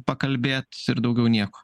pakalbėt ir daugiau nieko